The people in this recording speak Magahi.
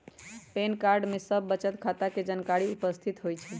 पैन कार्ड में सभ बचत खता के जानकारी उपस्थित होइ छइ